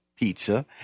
pizza